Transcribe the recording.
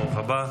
ברוך הבא.